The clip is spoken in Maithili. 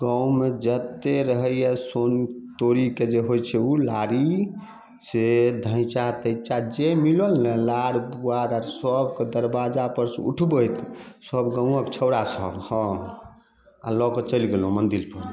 गाँवमे जत्तेक रहैए सोन तोरीके जे होइत छै ओ लाड़ी से धैंचा तैंचा जे मिलल ने नार पुआर आर सबके दरबाजा पर से उठबैत सब गाँवक छौड़ा सब हँ आ लऽ के चलि गेलहुँ मंदिर पर